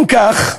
אם כך,